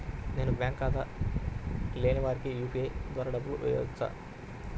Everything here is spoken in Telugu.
నేను బ్యాంక్ ఖాతా లేని వారికి యూ.పీ.ఐ ద్వారా డబ్బులు వేయచ్చా?